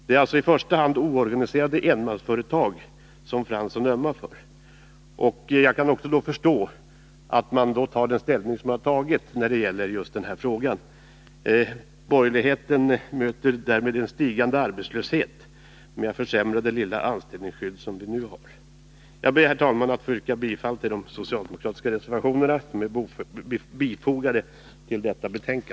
Det är alltså i första hand oorganiserade enmansföretag som Arne Fransson ömmar för, och jag kan förstå att han här tar den ställningen. Borgerligheten möter en stigande arbetslöshet med att försämra det lilla anställningsskydd som nu finns. Nr 24 Jag ber, herr talman, att få yrka bifall till de socialdemokratiska